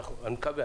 כך אני מקווה.